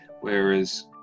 whereas